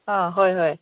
ꯍꯣꯏ ꯍꯣꯏ